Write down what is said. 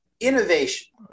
Innovation